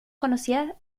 conocida